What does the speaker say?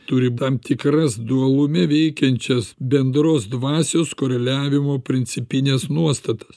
turi tam tikras dualume veikiančias bendros dvasios koreliavimo principines nuostatas